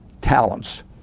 talents